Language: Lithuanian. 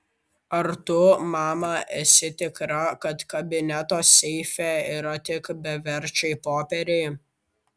ar tu mama esi tikra kad kabineto seife yra tik beverčiai popieriai